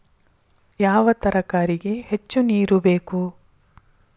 ಯಾವ ತರಕಾರಿಗೆ ಹೆಚ್ಚು ನೇರು ಬೇಕು?